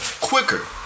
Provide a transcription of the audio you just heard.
quicker